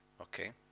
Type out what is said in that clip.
Okay